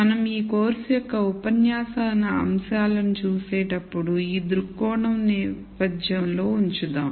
మనం ఈ కోర్సు యొక్క ఉపన్యాస అంశాలను చూసేటప్పుడు ఈ దృక్కోణాన్ని నేపథ్యంలో ఉంచుదాం